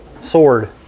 sword